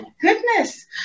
goodness